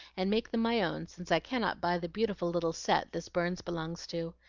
and make them my own, since i cannot buy the beautiful little set this burns belongs to.